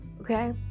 okay